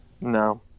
No